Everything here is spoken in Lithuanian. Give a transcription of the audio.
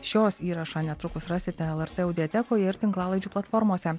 šios įrašą netrukus rasite lrt audiatekoje ir tinklalaidžių platformose